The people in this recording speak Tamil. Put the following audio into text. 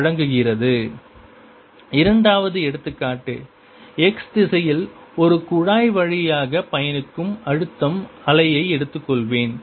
x2yt2 2yx2T2yt2v2T இரண்டாவது எடுத்துக்காட்டு x திசையில் ஒரு குழாய் வழியாக பயணிக்கும் அழுத்தம் அலையை எடுத்துக்கொள்வேன்